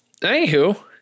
Anywho